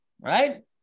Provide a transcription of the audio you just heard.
right